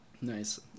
Nice